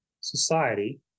society